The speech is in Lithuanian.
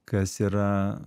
kas yra